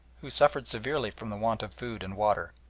who suffered severely from the want of food and water.